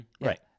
Right